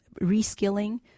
reskilling